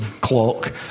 clock